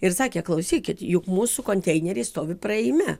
ir sakė klausykit juk mūsų konteineriai stovi praėjime